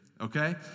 Okay